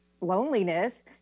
loneliness